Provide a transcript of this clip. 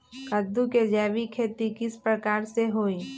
कददु के जैविक खेती किस प्रकार से होई?